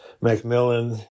Macmillan